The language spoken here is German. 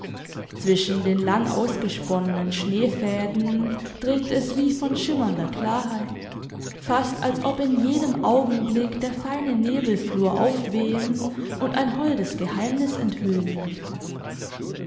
zwischen den langausgesponnenen schneefäden dringt es wie von schimmernder klarheit fast als ob in jedem augenblick der feine nebelflor aufwehen und ein holdes geheimnis enthüllen möchte